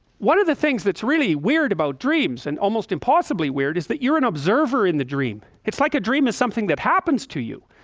one of the things that's really weird about dreams and almost impossibly weird is that you're an observer in the dream it's like a dream is something that happens to you.